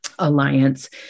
Alliance